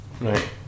Right